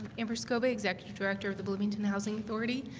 amber scobie executive director of the bloomington housing authority.